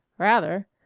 rather.